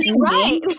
right